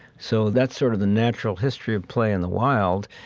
so that's sort of the natural history of play in the wild.